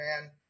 man